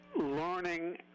learning